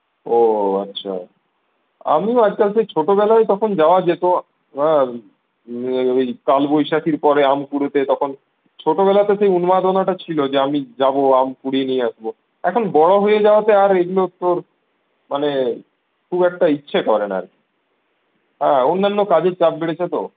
ও আচ্ছা আমিও আজকাল সেই ছোটবেলায় তখন যাওয়া যেত হ্যাঁ ওই কালবৈশাখীর পরে আম কুড়োতে তখন ছোটবেলাতে সেই উন্মাদনাটা ছিল যে আমি যাব আম কুড়িয়ে নিয়ে আসবো এখন বড় হয়ে যাওয়াতে আর এগুলো তোর মানে খুব একটা ইচ্ছে করে না আর কি হ্যাঁ অন্যান্য কাজের চাপ বেড়েছে তো